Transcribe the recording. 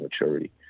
maturity